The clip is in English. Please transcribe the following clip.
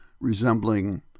resembling